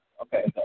Okay